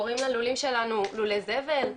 קוראים ללולים שלנו לולי זבל,